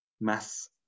mass